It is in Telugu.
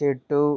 చెట్టు